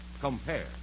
Compare